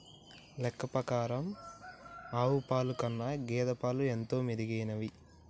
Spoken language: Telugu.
లెక్క ప్రకారం ఆవు పాల కన్నా గేదె పాలు ఎంతో మెరుగైనవి